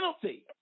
penalty